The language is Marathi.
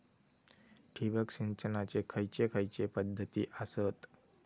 ठिबक सिंचनाचे खैयचे खैयचे पध्दती आसत?